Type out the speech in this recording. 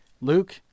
Luke